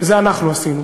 את זה אנחנו עשינו,